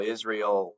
Israel